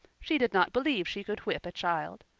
she did not believe she could whip a child.